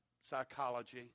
psychology